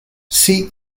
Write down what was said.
see